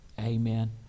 Amen